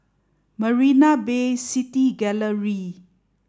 Marina Bay City Gallery